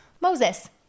Moses